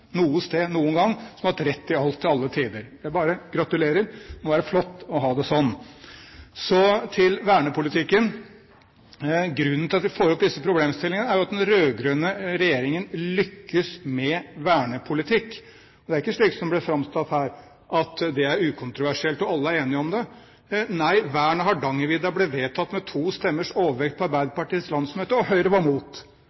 noe sted, noen gang som har hatt rett i alt til alle tider. Jeg vil bare få gratulere; det må være flott å ha det slik! Så til vernepolitikken. Grunnen til at vi får opp disse problemstillingene, er at den rød-grønne regjeringen lykkes med vernepolitikk. Det er ikke slik som det blir framstilt her, at det er ukontroversielt, og at alle er enige. Nei, vern av Hardangervidda ble vedtatt med to stemmers overvekt på